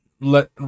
Let